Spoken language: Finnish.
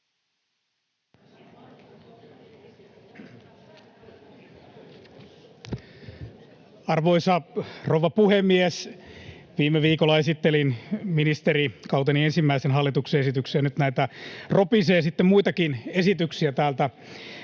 Arvoisa rouva puhemies! Viime viikolla esittelin ministerikauteni ensimmäisen hallituksen esityksen, ja nyt sitten ropisee näitä muitakin esityksiä täältä